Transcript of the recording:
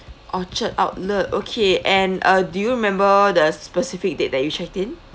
orchard outlet okay and uh do you remember the specific date that you checked in